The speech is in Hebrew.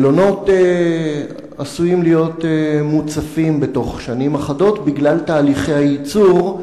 המלונות עשויים להיות מוצפים בתוך שנים אחדות בגלל תהליכי הייצור,